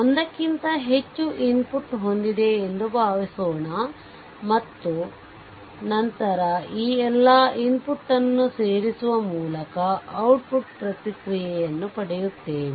ಒಂದಕ್ಕಿಂತ ಹೆಚ್ಚು ಇನ್ಪುಟ್ ಹೊಂದಿದೆ ಎಂದು ಭಾವಿಸೋಣ ಮತ್ತು ನಂತರ ಈ ಎಲ್ಲಾ ಇನ್ಪುಟ್ ಅನ್ನು ಸೇರಿಸುವ ಮೂಲಕ ಔಟ್ಪುಟ್ ಪ್ರತಿಕ್ರಿಯೆಯನ್ನು ಪಡೆಯುತ್ತೇವೆ